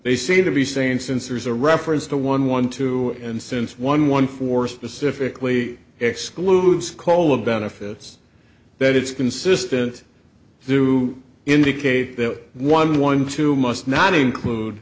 they seem to be saying since there is a reference to one one two and since one one four specifically excludes call of benefits that it's consistent through indicate that one one two must not include